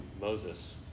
Moses